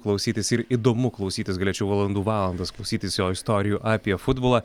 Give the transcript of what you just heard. klausytis ir įdomu klausytis galėčiau valandų valandas klausytis jo istorijų apie futbolą